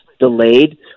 delayed